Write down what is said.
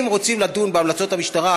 אם רוצים לדון בהמלצות של המשטרה,